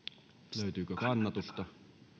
kyllä löytyykö kannatusta